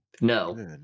No